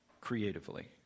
creatively